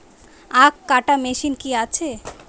আখ কাটা মেশিন কি আছে?